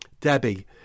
Debbie